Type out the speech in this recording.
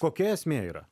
kokia esmė yra